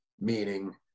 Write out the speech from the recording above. meaning